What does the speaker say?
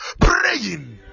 praying